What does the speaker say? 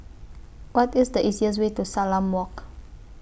What IS The easiest Way to Salam Walk